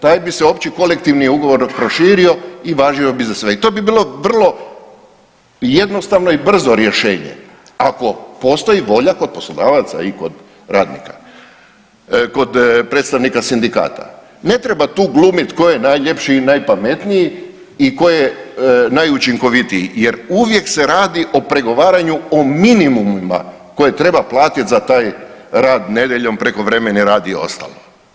Taj bi se opći kolektivni ugovor proširio i važio bi za sve i to bi bilo vrlo jednostavno i brzo rješenje, ako postoji volja kod poslodavaca i kod radnika, kod predstavnika sindikata, ne treba tu glumiti tko je najljepši i najpametniji i tko je najučinkovitiji jer uvijek se radi o pregovaranju o minimumima koje treba platiti za taj rad nedjeljom, prekovremeni rad i ostalo.